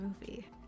movie